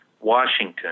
Washington